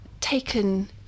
taken